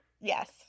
Yes